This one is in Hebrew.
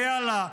ויאללה,